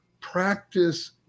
practice